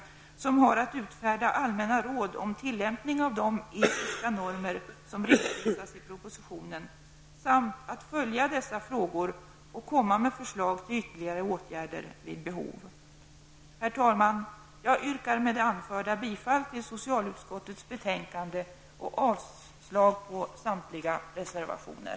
Den senare har att utfärda allmänna råd om tillämpning av de etiska normer som redovisas i propositionen samt att följa dessa frågor och vid behov lägga fram förslag på ytterligare åtgärder. Herr talman! Med det anförda yrkar jag bifall till hemställan i socialutskottets betänkande och avslag på samtliga reservationer.